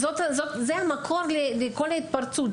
זה המקום לכל ההתפרצות,